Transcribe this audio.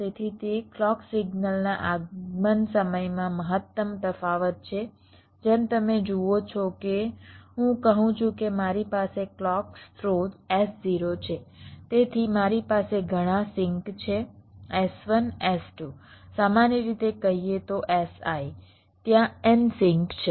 તેથી તે ક્લૉક સિગ્નલના આગમન સમયમાં મહત્તમ તફાવત છે જેમ તમે જુઓ છો કે હું કહું છું કે મારી પાસે ક્લૉક સ્રોત S0 છે તેથી મારી પાસે ઘણા સિંક છે S1 S2 સામાન્ય રીતે કહીએ તો Si ત્યાં n સિંક છે